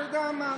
אתה יודע מה,